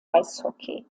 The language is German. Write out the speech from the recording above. eishockey